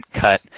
cut